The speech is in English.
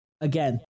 Again